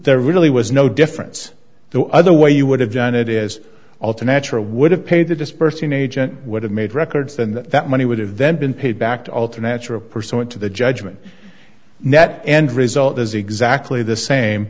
there really was no difference the other way you would have done it is all to natural would have paid the dispersing agent would have made records and that money would have then been paid back to alter natural pursuant to the judgment net end result is exactly the same